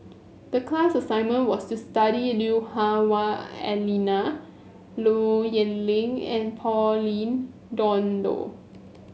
the class assignment was to study Lui Hah Wah Elena Low Yen Ling and Pauline Dawn Loh